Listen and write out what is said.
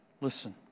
Listen